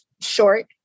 short